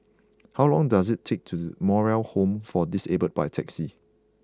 how long does it take to The Moral Home for Disabled by taxi